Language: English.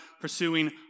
pursuing